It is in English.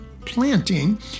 planting